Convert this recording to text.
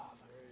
Father